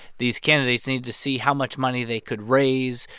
these candidates need to see how much money they could raise.